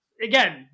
Again